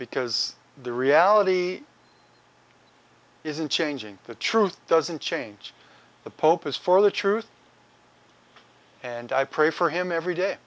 because the reality is unchanging the truth doesn't change the pope is for the truth and i pray for him every day